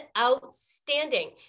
outstanding